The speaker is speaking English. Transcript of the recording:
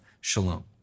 shalom